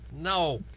no